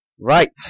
Right